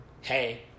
hey